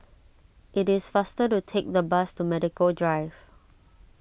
it is faster to take the bus to Medical Drive